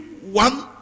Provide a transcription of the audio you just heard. one